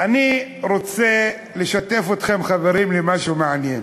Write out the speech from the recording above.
אני רוצה לשתף אתכם, חברים, במשהו מעניין.